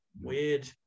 weird